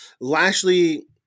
lashley